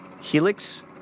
Helix